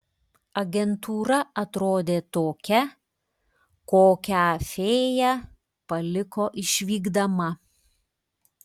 agentūra atrodė tokia kokią fėja paliko išvykdama